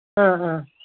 ꯑꯥ ꯑꯥ